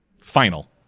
Final